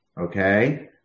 okay